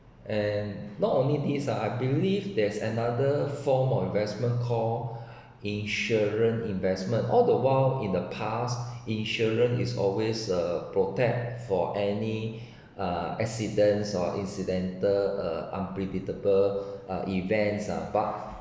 and not only this ah I believe there's another form of investment called insurance investment all the while in the past insurance is always a protect for any uh accidents or incidental uh unpredictable uh events ah but